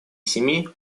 семи